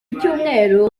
icyumweru